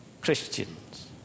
Christians